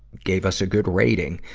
gave us a good rating,